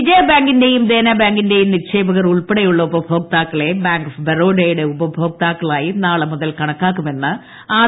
വിജയ ബാങ്കിന്റെയും ദേനാ ബാങ്കിന്റെയും നിക്ഷേപകർ ഉൾപ്പെടെയുള്ള ഉപഭോക്താക്കളെ ബാങ്ക് ഓഫ് ബറോഡയുടെ ഉപഭോക്താക്കളായി നാളെ മുതൽ കണക്കാക്കും എന്ന് ആർ